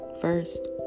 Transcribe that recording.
first